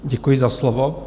Děkuji za slovo.